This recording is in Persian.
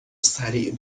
سریع